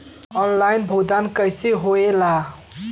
Online भुगतान कैसे होए ला?